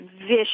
vicious